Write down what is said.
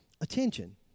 attention